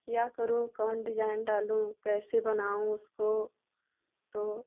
क्या करूँ कौन डिजाइन कैसे बनाऊं उसको तो